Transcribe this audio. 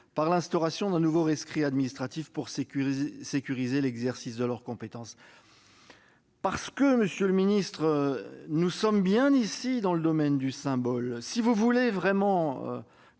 avec l'instauration d'un nouveau rescrit administratif pour sécuriser l'exercice de leurs compétences. Monsieur le secrétaire d'État, nous sommes bien ici dans le domaine du symbole. Si vous voulez vraiment